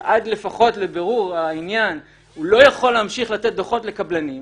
שעד לבירור העניין לפחות הוא לא יכול להמשיך לתת דוחות לקבלנים.